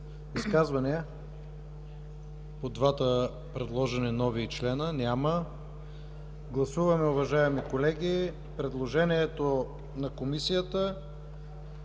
Изказвания по двата предложени нови члена? Няма. Гласуваме, уважаеми колеги, предложението на Комисията